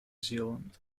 zealand